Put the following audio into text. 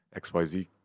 XYZ